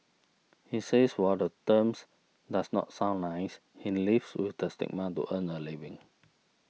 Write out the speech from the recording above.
he says while the terms does not sound nice he lives with the stigma to earn a living